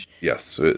Yes